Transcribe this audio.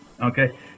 okay